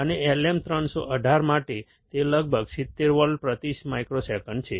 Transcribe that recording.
અને LM318 માટે તે લગભગ 70 વોલ્ટ પ્રતિ માઇક્રોસેકન્ડ છે